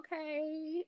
okay